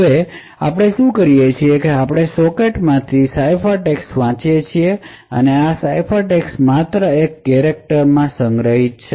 હવે આપણે શું કરીએ છીએ આપણે સોકેટમાંથી સાઇફરટેક્સ્ટ વાંચીએ છીએ તે અને આ સાઇફરટેક્સ્ટ માત્ર એક કેરેકટર સંગ્રહિત છે